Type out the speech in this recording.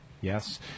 Yes